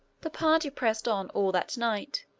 the party pressed on all that night,